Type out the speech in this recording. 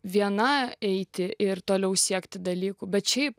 viena eiti ir toliau siekti dalykų bet šiaip